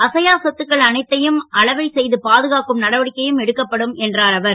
அசையாச் சொத்துக்கள் அனைத்தையும் அளவை செ து பாதுகாக்கும் நடவடிக்கையும் எடுக்கப்படும் என்றார் அவர்